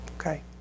Okay